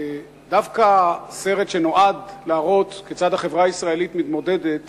דווקא סרט שנועד להראות כיצד החברה הישראלית מתמודדת